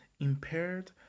impaired